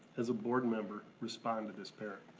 as a board member, respond to this parent?